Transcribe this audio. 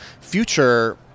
future